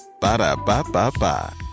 Ba-da-ba-ba-ba